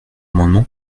amendement